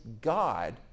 God